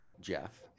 Jeff